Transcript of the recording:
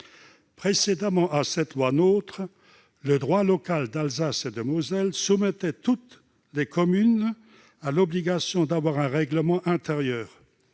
Avant cette loi, le droit local d'Alsace et de Moselle soumettait toutes les communes à l'obligation de se doter d'un règlement intérieur,